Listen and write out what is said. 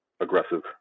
aggressive